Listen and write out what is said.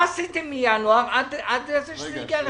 מה עשיתם מינואר עד שזה הגיע לכאן?